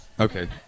Okay